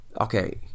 okay